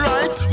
Right